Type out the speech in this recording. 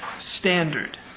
standard